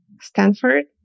Stanford